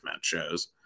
shows